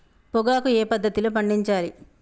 పొగాకు ఏ పద్ధతిలో పండించాలి?